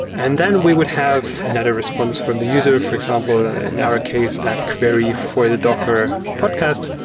and then we would have another response from the user, for example, in our case, that could vary for the docker podcast,